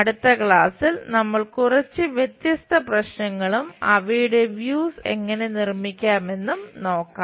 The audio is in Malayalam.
അടുത്ത ക്ലാസ്സിൽ നമ്മൾ കുറച്ച് വ്യത്യസ്ത പ്രശ്നങ്ങളും അവയുടെ വ്യൂസ് എങ്ങനെ നിർമ്മിക്കാമെന്നും നോക്കാം